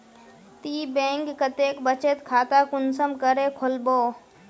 ती बैंक कतेक बचत खाता कुंसम करे खोलबो?